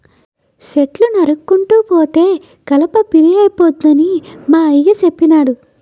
చెట్లు నరుక్కుంటూ పోతే కలప పిరియంపోద్దని మా అయ్య సెప్పినాడు